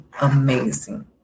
amazing